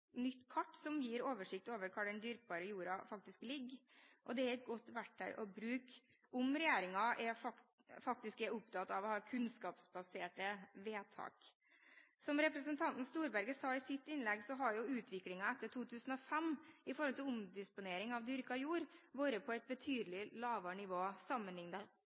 nytt kart som gir oversikt over hvor den dyrkbare jorda faktisk ligger. Det er et godt verktøy å bruke om regjeringen faktisk er opptatt av å ha kunnskapsbaserte vedtak. Som representanten Storberget sa i sitt innlegg, har utviklingen etter 2005 med hensyn til omdisponering av dyrket jord vært på et betydelig lavere nivå